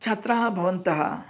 छात्राः भवन्तः